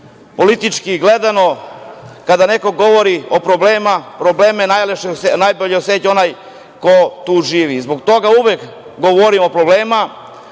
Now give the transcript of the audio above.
gledano, kada neko govori o problemima, probleme najbolje oseća onaj ko tu živi. Zbog toga uvek govorim o problemima,